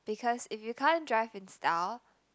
because if you can't drive in style